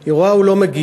היא רואה הוא לא מגיע,